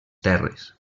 terres